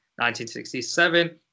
1967